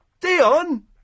Dion